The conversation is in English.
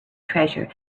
treasure